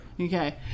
Okay